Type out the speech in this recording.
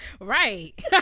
Right